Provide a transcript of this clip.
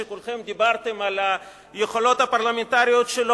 שכולכם דיברתם על היכולות הפרלמנטריות שלו.